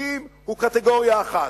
פליטים זה קטגוריה אחת,